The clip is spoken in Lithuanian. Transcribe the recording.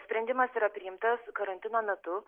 sprendimas yra priimtas karantino metu